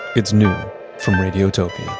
it's new from radiotopia. a